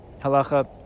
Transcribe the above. Halacha